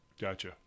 gotcha